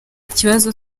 kibazo